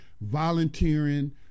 volunteering